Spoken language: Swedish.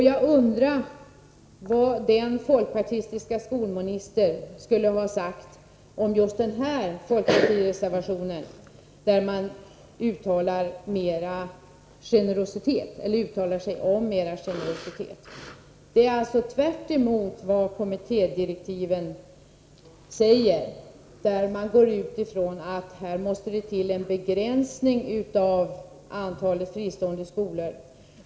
Jag undrar vad den folkpartistiska skolministern skulle ha sagt om dagens folkpartireservation, där Linnea Hörlén uttalar sig om mer generositet. Det är tvärtemot vad som anförs i kommittédirektiven, där man utgår från att det måste till en begränsning av antalet fristående skolor.